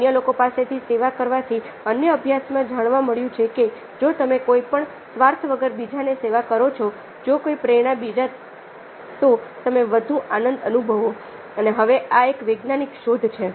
અન્ય લોકો પાસેથી સેવા કરવાથી અને અભ્યાસમાં જાણવા મળ્યું છે કે જો તમે કોઈ પણ સ્વાર્થ વગર બીજાની સેવા કરો છો જો કોઈ પ્રેરણા બીજા તો તમે વધુ આનંદ અનુભવો અને હવે આ એક વૈજ્ઞાનિક શોધ છે